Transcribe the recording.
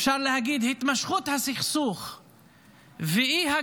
אפשר להגיד התמשכות הסכסוך ואי-הגעה